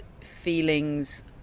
feelings